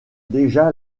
déjà